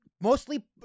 Mostly